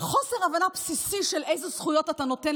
חוסר הבנה בסיסי של איזה זכויות אתה נותן